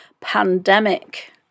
pandemic